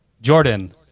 Jordan